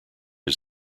his